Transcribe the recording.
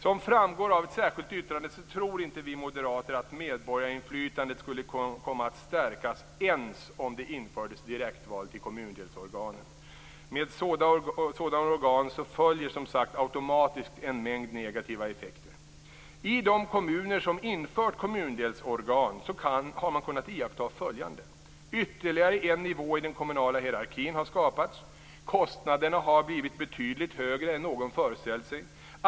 Som framgår av ett särskilt yttrande tror inte vi moderater att medborgarinflytandet skulle komma att stärkas ens om det infördes direktval till kommundelsorganen. Med sådana organ följer som sagt automatiskt en mängd negativa effekter. I de kommuner som infört kommundelsorgan har man kunnat iaktta följande. Ytterligare en nivå i den kommunala hierarkin har skapats. Kostnaderna har blivit betydligt högre än någon föreställt sig.